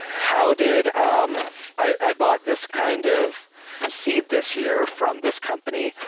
how did um i bought this kind of seed this year from this company.